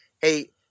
hey